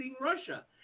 Russia